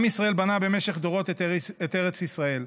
עם ישראל בנה במשך דורות את ארץ ישראל.